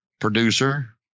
Producer